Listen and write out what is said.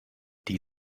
die